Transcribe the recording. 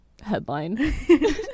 headline